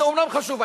זה אומנם חשוב,